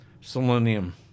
selenium